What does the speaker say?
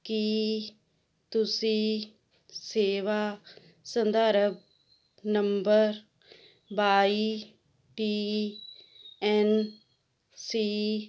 ਕੀ ਤੁਸੀਂ ਸੇਵਾ ਸੰਦਰਭ ਨੰਬਰ ਵਾਈ ਟੀ ਐੱਨ ਸੀ